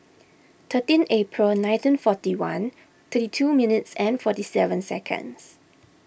thirteen April nineteen forty one thirty two minutes and forty seven seconds